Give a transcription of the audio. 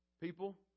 People